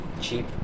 cheap